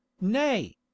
Nay